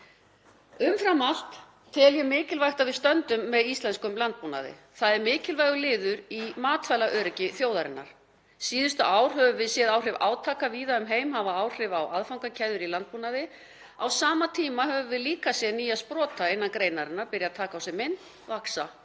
Umfram allt tel ég mikilvægt að við stöndum með íslenskum landbúnaði. Það er mikilvægur liður í matvælaöryggi þjóðarinnar. Síðustu ár höfum við séð átök víða um heim hafa áhrif á aðfangakeðjur í landbúnaði. Á sama tíma höfum við líka séð nýja sprota innan greinarinnar byrja að taka á sig mynd, vaxa